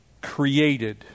created